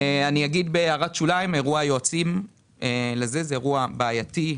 אירוע יועצים לזה הוא אירוע בעייתי,